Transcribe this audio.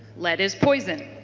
lead is poison.